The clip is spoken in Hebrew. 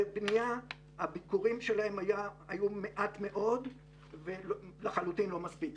בנייה הביקורים שלהם היו מעטים מאוד ולחלוטין לא מספיקים.